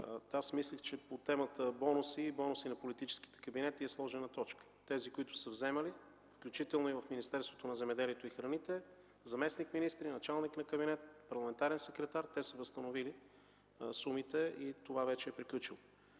Аз мислех, че по темата бонуси и бонуси на политическите кабинети е сложена точка. Тези, които са вземали, включително и в Министерството на земеделието и храните – заместник-министри, началник на кабинета, парламентарен секретар, са възстановили сумите и това вече е приключило.